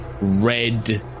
red